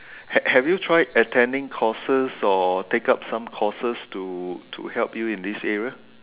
have have you tried attending courses or take up some courses to to help you in this area